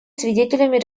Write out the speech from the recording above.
свидетелями